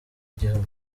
igihugu